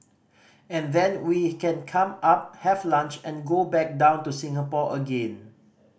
and then we can come up have lunch and go back down to Singapore again